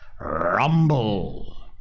Rumble